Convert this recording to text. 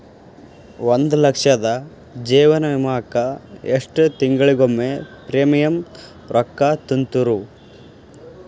ಒಂದ್ ಲಕ್ಷದ ಜೇವನ ವಿಮಾಕ್ಕ ಎಷ್ಟ ತಿಂಗಳಿಗೊಮ್ಮೆ ಪ್ರೇಮಿಯಂ ರೊಕ್ಕಾ ತುಂತುರು?